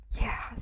Yes